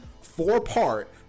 four-part